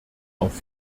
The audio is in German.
auf